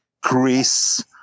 Chris